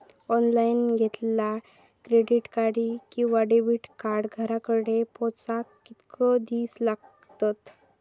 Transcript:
Online घेतला credit card किंवा debit card घराकडे पोचाक कितके दिस लागतत?